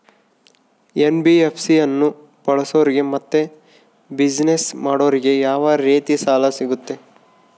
NBFC ಅನ್ನು ಬಳಸೋರಿಗೆ ಮತ್ತೆ ಬಿಸಿನೆಸ್ ಮಾಡೋರಿಗೆ ಯಾವ ರೇತಿ ಸಾಲ ಸಿಗುತ್ತೆ?